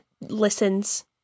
listens